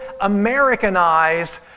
Americanized